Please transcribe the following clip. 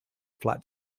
flat